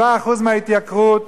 7% מההתייקרות,